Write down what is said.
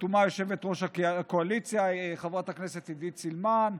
חתומה יושבת-ראש הקואליציה חברת הכנסת עידית סילמן,